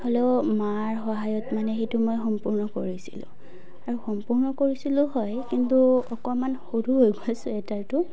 হ'লেও মাৰ সহায়ত মানে সেইটো মই সম্পূৰ্ণ কৰিছিলোঁ আৰু সম্পূৰ্ণ কৰিছিলোঁ হয় কিন্তু অকণমান সৰু হৈ গ'ল চুৱেটাৰটো